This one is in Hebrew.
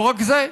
לא רק זה,